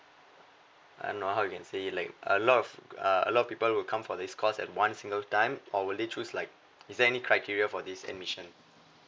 I don't know how you can say it like a lot of uh a lot of people will come for this course at one single time or will they choose like is there any criteria for this admission